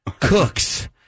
cooks